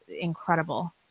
incredible